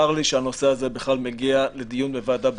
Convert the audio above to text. צר לי שהנושא הזה בכלל מגיע לדיון בוועדה בכנסת.